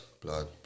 blood